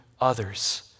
others